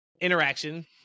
interaction